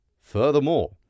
Furthermore